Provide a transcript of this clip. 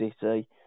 City